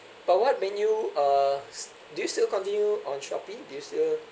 but what menu uh do you still continue on Shopee do you still